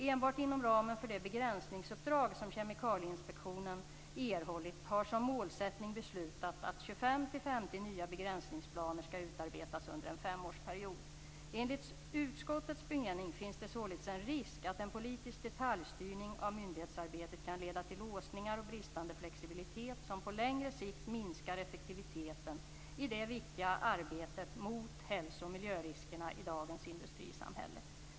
Enbart inom ramen för det begränsningsuppdrag som Kemikalieinspektionen erhållit har som målsättning beslutats att 25-50 nya begränsningsplaner skall utarbetas under en femårsperiod. Enligt utskottets mening finns det således en risk att en politisk detaljstyrning av myndighetsarbetet kan leda till låsningar och bristande flexibilitet som på längre sikt minskar effektiviteten i det viktiga arbetet mot hälso och miljöriskerna i dagens industrisamhälle.